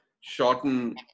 shorten